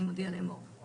אני מודיע לאמור: